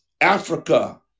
Africa